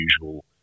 usual